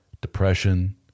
depression